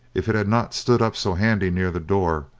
if it had not stood up so handy near the door,